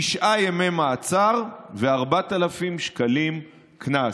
תשעה ימי מעצר ו-4,000 שקלים קנס.